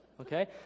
okay